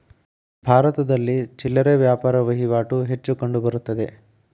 ಭಾರತದಲ್ಲಿ ಚಿಲ್ಲರೆ ವ್ಯಾಪಾರ ವಹಿವಾಟು ಹೆಚ್ಚು ಕಂಡುಬರುತ್ತದೆ